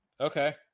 Okay